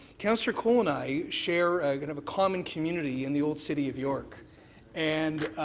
councillor colle and i share kind of a common community in the old city of york and,